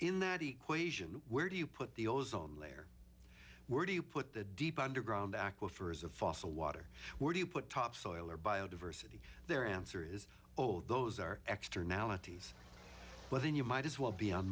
in that equation where do you put the ozone layer where do you put the deep underground aquifers of fossil water where do you put topsoil or biodiversity their answer is oh those are extra analogies but then you might as well be on